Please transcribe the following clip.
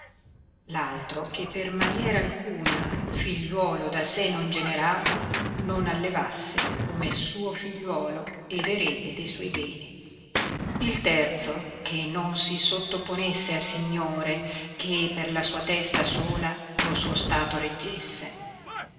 altro che per maniera alcuna figliuolo da sé non generato non allevasse come suo figliuolo ed erede de suoi beni il terzo che non si sottoponesse a signore che per la sua testa sola lo suo stato reggesse